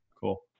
Cool